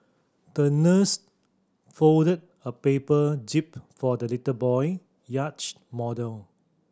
the nurse folded a paper jib for the little boy yacht model